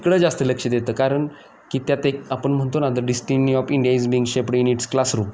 तिकडं जास्त लक्ष देतं कारण की त्यात एक आपण म्हणतो ना the destiny of India is being shaped in its classroom